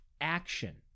action